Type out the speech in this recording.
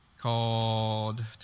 called